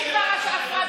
תעשי רשות מחוקקת,